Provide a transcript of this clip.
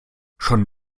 schon